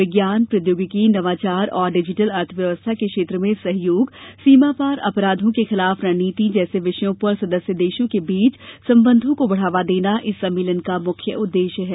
विज्ञान प्रौद्योगिकी नवाचार और डिजिटल अर्थव्यवस्था के क्षेत्र में सहयोग सीमापार अपराधों के खिलाफ रणनीति जैसे विषयों पर सदस्य देशों के बीच सम्बंधों को बढ़ावा देना इस सम्मेलन का मुख्य उद्देश्य है